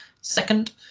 second